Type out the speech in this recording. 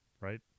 right